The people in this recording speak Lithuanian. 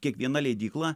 kiekviena leidykla